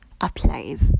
applies